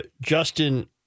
Justin